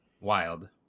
wild